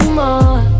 more